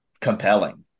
compelling